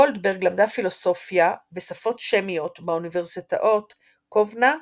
גולדברג למדה פילוסופיה ושפות שמיות באוניברסיטאות קובנה,